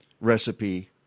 recipe